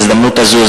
בהזדמנות זו,